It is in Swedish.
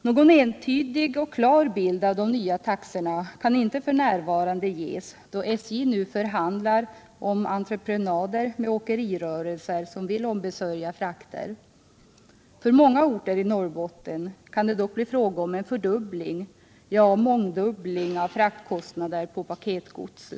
Någon entydig och klar bild av de nya taxorna kan inte ges f. n., eftersom SJ nu förhandlar om entreprenader med åkerirörelser som vill ombesörja frakter. För många orter i Norrbotten kan det dock bli fråga om en fördubbling, ja, en mångdubbling av fraktkostnaderna för paketgods.